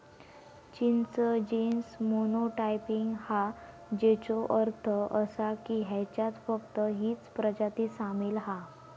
चिंच genus monotypic हा, ज्याचो अर्थ असा की ह्याच्यात फक्त हीच प्रजाती सामील हा